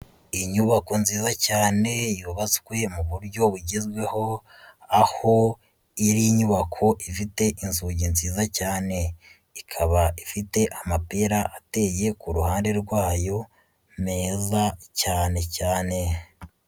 Inyubako nziza cyane yubatswe mu buryo bugezweho aho iyi nyubako ifite inzugi nziza cyane, ikaba ifite amapera ateye ku ruhande rwayo meza cyane cyane.